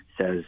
says